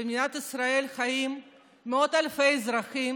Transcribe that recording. במדינת ישראל חיים מאות אלפי אזרחים